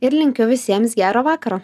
ir linkiu visiems gero vakaro